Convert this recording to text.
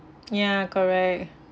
ya correct